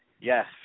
Yes